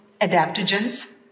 adaptogens